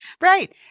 Right